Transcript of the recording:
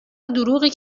دروغی